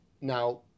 Now